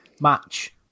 match